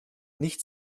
nicht